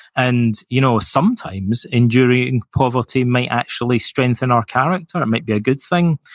and you know sometimes, enduring poverty may actually strengthen our character, it might be a good thing.